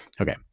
okay